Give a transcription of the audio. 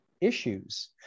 issues